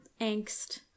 angst